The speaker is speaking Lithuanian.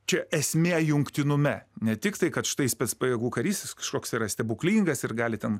čia esmė jungtinume netiktai kad štai spec pajėgų karys jis kažkoks yra stebuklingas ir gali ten